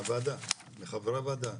מהוועדה מחברי הועדה,